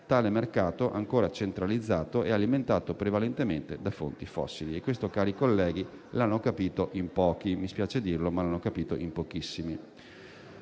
tale mercato ancora centralizzato e alimentato prevalentemente da fonti fossili. E questo, cari colleghi, l'hanno capito in pochi. Mi spiace dirlo, ma l'hanno capito in pochissimi.